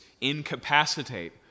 incapacitate